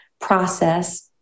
process